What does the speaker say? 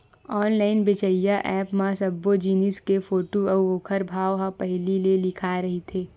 online बेचइया app म सब्बो जिनिस के फोटू अउ ओखर भाव ह पहिली ले लिखाए रहिथे